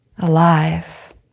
Alive